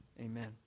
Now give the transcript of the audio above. Amen